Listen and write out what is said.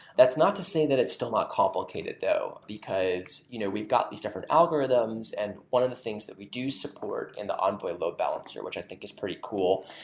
that's not to say that it's still not complicated though, because you know we've got these different algorithms, and one of the things that we do support in the envoy load balancer, which i think is pretty cool,